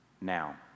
Now